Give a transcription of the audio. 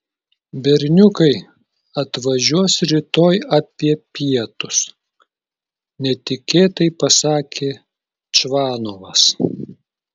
berniukai atvažiuos rytoj apie pietus netikėtai pasakė čvanovas